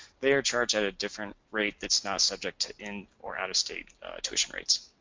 they are charged at a different rate that's not subject in or out-of-state tuition rates.